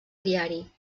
diari